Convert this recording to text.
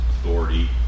authority